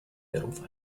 beruf